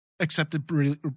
Accepted